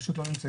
פשוט לא נמצאים.